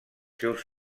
seus